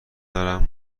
دارم